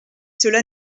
cela